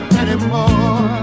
anymore